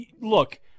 Look